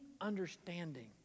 understanding